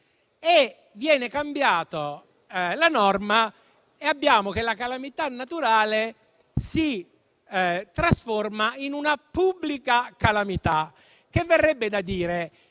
Viene cambiato la norma e la calamità naturale si trasforma in una pubblica calamità. Verrebbe da dire: